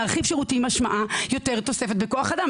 להרחיב שירותים משמעו יותר תוספת בכוח אדם,